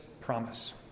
promise